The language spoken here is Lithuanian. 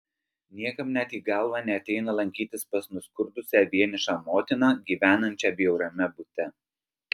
niekam net į galvą neateina lankytis pas nuskurdusią vienišą motiną gyvenančią bjauriame bute